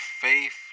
faith